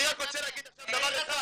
אני רק רוצה להגיד עכשיו דבר אחד --- מאיר,